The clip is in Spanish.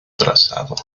trazado